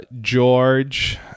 George